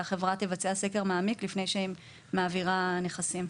שהחברה תבצע סקר מעמיק לפני שהיא מעבירה נכסים.